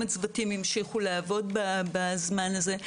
למרות שהצוותים המשיכו לעבוד בזמן הזה.